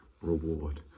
reward